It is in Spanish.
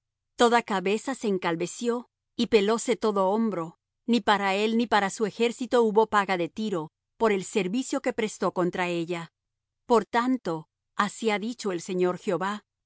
toda cabeza se encalveció y pelóse todo hombro y ni para él ni para su ejército hubo paga de tiro por el servicio que prestó contra ella por tanto así ha dicho el señor jehová